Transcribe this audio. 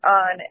on